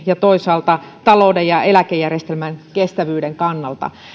ja toisaalta talouden ja eläkejärjestelmän kestävyyden kannalta